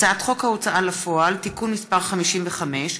הצעת חוק ההוצאה לפועל (תיקון מס' 55),